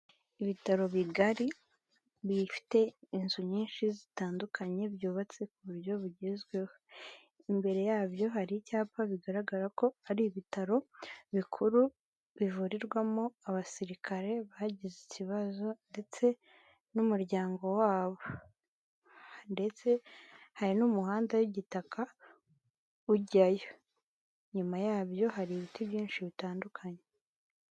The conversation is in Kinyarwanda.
Ibitaro bigari biyite inzu nyinshi zitandukanye byubatse ku buryo bugezweho, imbere yabyo hari icyapa bigaragara ko ari ibitaro bikuru, bivurirwamo abasirikare bagize ikibazo ndetse n'umuryango wabo ndetse hari n'umuhanda w'igitaka ujyayo, inyuma yabyo hari ibiti byinshi bitandukanye.